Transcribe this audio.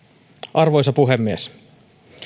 arvoisa puhemies